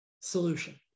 solution